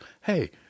hey